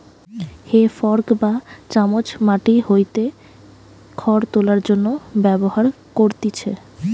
হে fork বা চামচ মাটি হইতে খড় তোলার জন্য ব্যবহার করতিছে